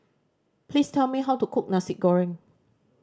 please tell me how to cook Nasi Goreng